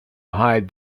hide